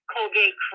Colgate